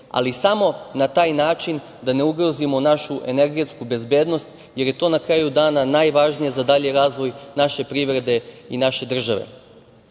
ali samo na taj način da ne ugrozimo našu energetsku bezbednost, jer je to na kraju dana najvažnije za dalji razvoj naše privrede i naše države.U